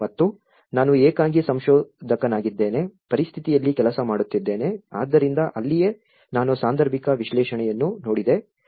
ಮತ್ತು ನಾನು ಏಕಾಂಗಿ ಸಂಶೋಧಕನಾಗಿದ್ದೇನೆ ಪರಿಸ್ಥಿತಿಯಲ್ಲಿ ಕೆಲಸ ಮಾಡುತ್ತಿದ್ದೇನೆ ಆದ್ದರಿಂದ ಅಲ್ಲಿಯೇ ನಾನು ಸಾಂದರ್ಭಿಕ ವಿಶ್ಲೇಷಣೆಯನ್ನು ನೋಡಿದೆ